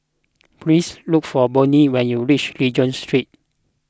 please look for Bonny when you reach Regent Street